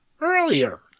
earlier